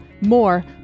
more